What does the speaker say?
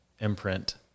imprint